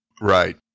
Right